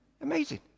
Amazing